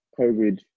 COVID